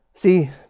See